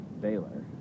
Baylor